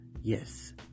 Yes